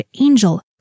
Angel